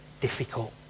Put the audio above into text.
difficult